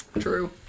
true